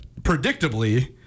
predictably